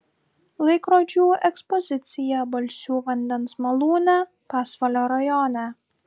laikrodžių ekspozicija balsių vandens malūne pasvalio rajone